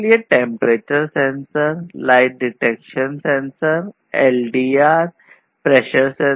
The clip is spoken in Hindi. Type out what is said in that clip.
डिजिटल सेंसर डिजिटल तथा तापमान सेंसर